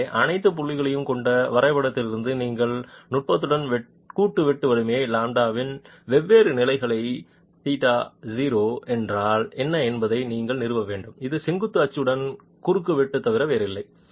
எனவே அனைத்து புள்ளிகளையும் கொண்ட வரைபடத்திலிருந்து இந்த நுட்பத்துடன் கூட்டு வெட்டு வலிமை σv இன் வெவ்வேறு நிலைகள் τ0 என்றால் என்ன என்பதை நீங்கள் நிறுவ முடியும் இது செங்குத்து அச்சுடன் குறுக்குவெட்டு தவிர வேறில்லை